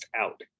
out